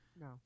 No